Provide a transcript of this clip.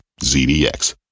ZDX